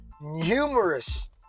numerous